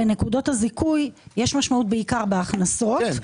לנקודות הזיכוי יש משמעות בעיקר בהכנסות,